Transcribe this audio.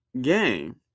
game